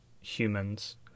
humans